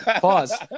Pause